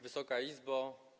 Wysoka Izbo!